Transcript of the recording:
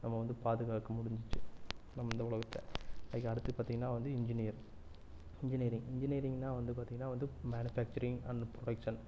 நம்ம வந்து பாதுகாக்க முடிஞ்சிச்சு நம்ம இந்த உலகத்தை லைக் அடுத்து பார்த்திங்கனா வந்து இன்ஜினியர் இன்ஜினியரிங் இன்ஜினியரிங்கனா வந்து பார்த்திங்கனா வந்து மேனுஃபேக்ச்சரிங் அண்டு ப்ரொடெக்ஷன்